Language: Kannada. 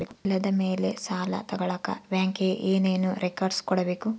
ಹೊಲದ ಮೇಲೆ ಸಾಲ ತಗಳಕ ಬ್ಯಾಂಕಿಗೆ ಏನು ಏನು ರೆಕಾರ್ಡ್ಸ್ ಕೊಡಬೇಕು?